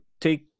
take